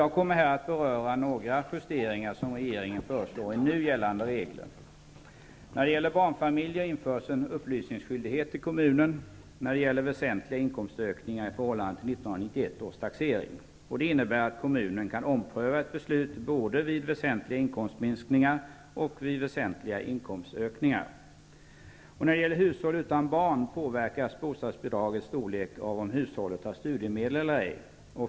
Jag kommer att beröra några justeringar som regeringen föreslår i nu gällande regler. För barnfamiljer införs en upplysningsskyldighet till kommunen, när det gäller väsentliga inkomstökningar i förhållande till 1991 års taxering. Det innebär att kommunen kan ompröva ett beslut både vid väsentliga inkomstminskningar och vid väsentliga inkomstökningar. När det gäller hushåll utan barn påverkas bostadsbidragets storlek av om hushållet har studiemedel eller ej.